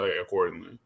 accordingly